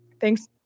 Thanks